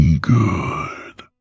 Good